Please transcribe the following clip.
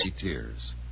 tears